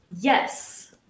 yes